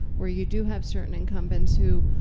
where you do have certain incumbents who,